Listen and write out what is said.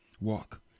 walk